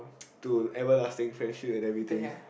to everlasting friendship and everything